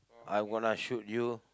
I'm gonna shoot you